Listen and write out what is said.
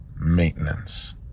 maintenance